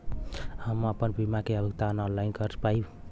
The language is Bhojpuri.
हम आपन बीमा क भुगतान ऑनलाइन कर पाईब?